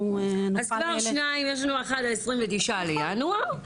נוכל --- יש לנו אחד עד ה-29 בינואר,